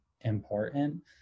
important